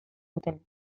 duten